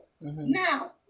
now